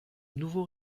nouveau